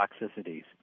toxicities